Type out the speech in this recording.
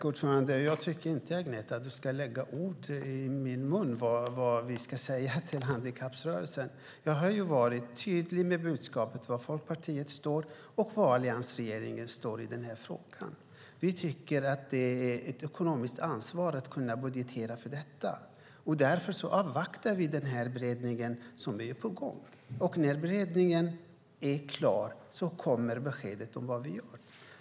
Fru talman! Jag tycker inte att du ska lägga ord som vi ska säga till handikapprörelsen i min mun, Agneta. Jag har varit tydlig med budskapet om var Folkpartiet står och var alliansregeringen står i denna fråga. Vi tycker att man har ett ekonomiskt ansvar att budgetera för detta, och därför avvaktar vi den beredning som är på gång. När beredningen är klar kommer beskedet om vad vi gör.